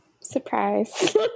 Surprise